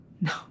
No